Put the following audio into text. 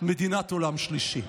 מדינת עולם שלישי.